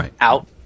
out